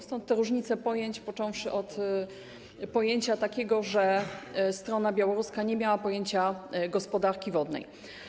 Stąd te różnice pojęć, począwszy od tego, że strona białoruska nie miała pojęcia gospodarki wodnej.